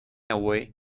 away